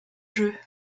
jeu